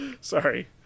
Sorry